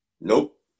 Nope